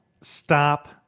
stop